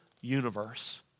universe